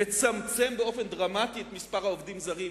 נצמצם באופן דרמטי את מספר העובדים הזרים